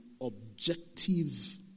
objective